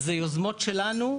אלה יוזמות שלנו,